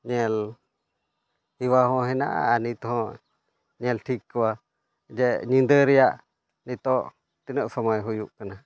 ᱧᱮᱞ ᱦᱮᱣᱟ ᱦᱚᱸ ᱦᱮᱱᱟᱜᱼᱟ ᱟᱨ ᱱᱤᱛ ᱦᱚᱸ ᱧᱮᱞ ᱴᱷᱤᱠ ᱠᱚᱣᱟ ᱡᱮ ᱧᱤᱫᱟᱹ ᱨᱮᱭᱟᱜ ᱱᱤᱛᱚᱜ ᱛᱤᱱᱟᱹᱜ ᱥᱚᱢᱚᱭ ᱦᱩᱭᱩᱜ ᱠᱟᱱᱟ